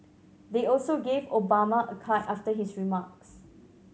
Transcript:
they also gave Obama a card after his remarks